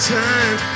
time